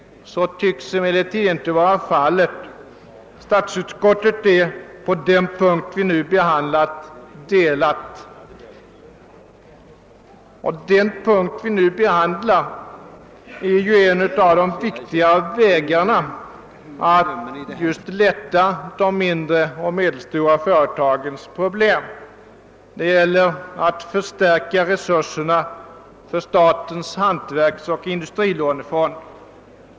Så tycks emellertid inte vara fallet. Statsutskottet är på den punkt vi nu behandlar delat. Den punkten tar upp en av de viktigare vägarna för att minska de mindre och medelstora företagarnas problem — den gäller att förstärka resurserna för statens hantverksoch industrilånefond.